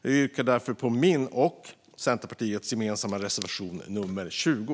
Jag yrkar därför bifall till min och Centerpartiets gemensamma reservation nummer 20.